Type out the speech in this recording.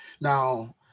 now